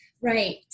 Right